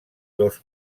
dos